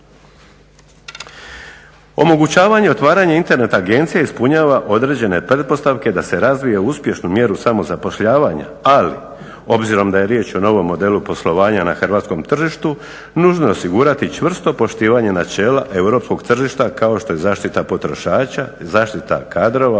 Omogućavanje, otvaranje Internet agencija ispunjava određene pretpostavke da se razvije u uspješnu mjeru samozapošljavanja ali obzirom da je riječ o novom modelu poslovanja na hrvatskom tržištu nužno je osigurati čvrsto poštivanje načela europskog tržišta kao što je zaštita potrošača, zaštita kadrova